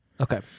Okay